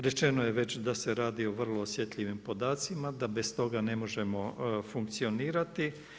Rečeno je već da se radi o vrlo osjetljivim podacima, da bez toga ne možemo funkcionirati.